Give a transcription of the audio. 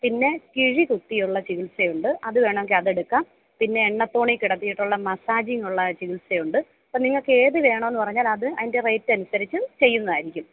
പിന്നെ കിഴി കുത്തിയുള്ള ചികിത്സയുണ്ട് അത് വേണമെങ്കിൽ അത് എടുക്കാം പിന്നെ എണ്ണത്തോണി കിടത്തിയിട്ടുള്ള മസാജിങ് ഉള്ള ചികിത്സയുണ്ട് പ്പ നിങ്ങൾക്ക് ഏത് വേണമെന്ന് പറഞ്ഞാൽ അത് അതിൻ്റെ റേറ്റ് അനുസരിച്ച് ചെയ്യുന്നതായിരിക്കും